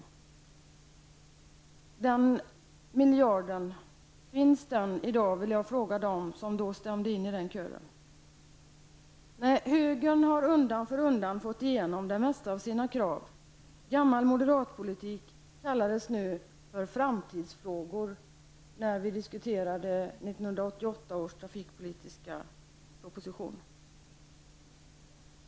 Finns den miljarden i dag, vill jag fråga dem som då stämde in i den kören. Nej, högern har undan för undan fått igenom det mesta av sina krav. Gammal moderatpolitik kallades för framtidsfrågor när vi diskuterade 1988 års trafikpolitiska proposition.